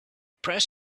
press